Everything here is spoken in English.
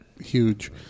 Huge